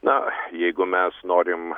na jeigu mes norim